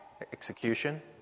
execution